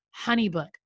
HoneyBook